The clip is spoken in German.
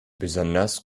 besonders